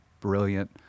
brilliant